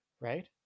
right